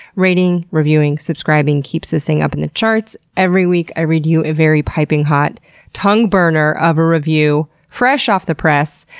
rating, reviewing, subscribing, keeps this thing up in the charts. every week, i read you a very piping hot tongue burner of a review. fresh off the press.